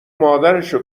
مادرشو